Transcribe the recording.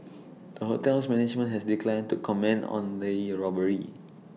the hotel's management has declined to comment on the robbery